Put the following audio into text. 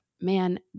man